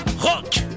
Rock